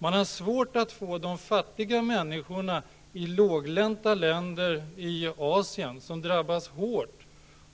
Man har svårt att få de fattiga människorna i de låglänta länder i Asien, som drabbas hårt